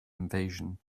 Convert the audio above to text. invasion